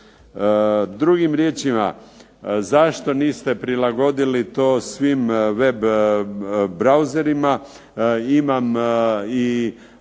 Drugim riječima zašto niste prilagodili svim web browserima? Imam i